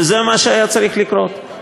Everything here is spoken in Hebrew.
וזה מה שהיה צריך לקרות.